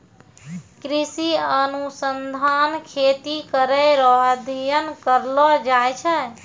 कृषि अनुसंधान खेती करै रो अध्ययन करलो जाय छै